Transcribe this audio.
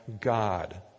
God